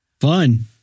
Fun